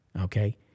Okay